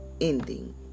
ending